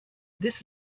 this